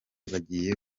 bagiye